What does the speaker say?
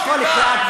ופירוק כל ההתנחלויות.